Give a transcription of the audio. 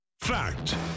Fact